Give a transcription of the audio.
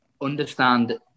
understand